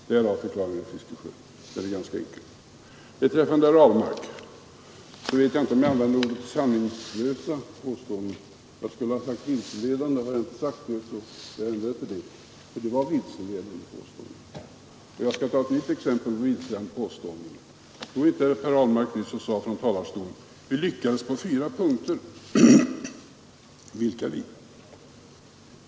Det är förklaringen, herr Fiskesjö; ganska enkel. Till herr Ahlmark vill jag säga att jag inte vet om jag använde ordet ”sanningslösa” om hans påståenden. Jag borde ha sagt vilseledande påståenden — har jag inte sagt det, vill jag ändra uttrycket till detta, eftersom det var vilseledande påståenden. Jag skall ta ett nytt exempel på vilseledande påståenden. Stod inte Per Ahlmark nyss och sade från talarstolen: Vi lyckades på fyra punkter. Vilka ”vi”?